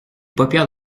paupières